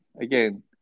Again